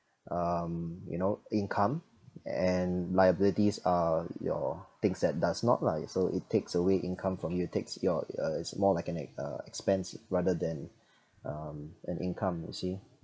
um you know income and liabilities are your things that does not lah yeah so it takes away income from you it takes your uh it's more like ex~ uh expense rather than um an income you see